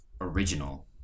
original